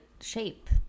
shape